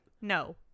No